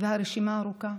והרשימה ארוכה.